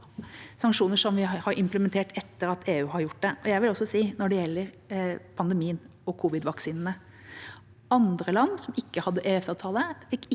Sanksjonene har vi implementert etter at EU har gjort det. Når det gjelder pandemien og covid-vaksinene: Andre land som ikke hadde EØS-avtale,